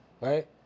right